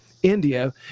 india